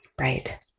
Right